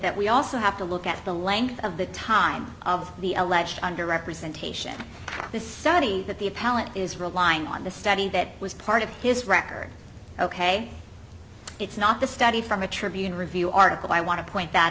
that we also have to look at the length of the time of the alleged under representation this study that the appellant is relying on the study that was part of his record ok it's not the study from the tribune review article i want to point that